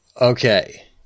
Okay